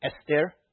Esther